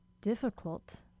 difficult